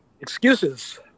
Excuses